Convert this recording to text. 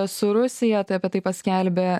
su rusija tai apie tai paskelbė